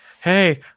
hey